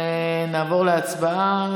נעבור להצבעה.